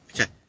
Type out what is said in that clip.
Okay